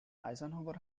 eisenhower